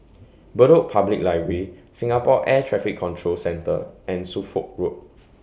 Bedok Public Library Singapore Air Traffic Control Centre and Suffolk Road